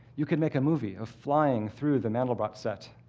you could make a movie of flying through the mandelbrot set.